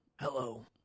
Hello